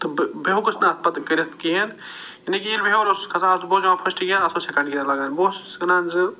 تہٕ بہٕ بہٕ ہیوٚکُس نہٕ اتھ پتہٕ کٔرِتھ کِہیٖنٛۍ یعنی کہِ ییٚلہِ بہٕ ہیوٚر اوسُس کھسان بہٕ اوس دِوان فٔسٹہٕ گیر اتھ اوس سٮ۪کنٛڈ گیر لَگان بہٕ اوس ونان زِ